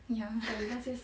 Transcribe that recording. ya